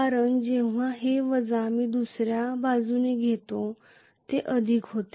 कारण जेव्हा हे वजा मी दुसऱ्या बाजूने घेतो ते अधिक होते